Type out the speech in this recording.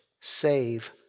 Save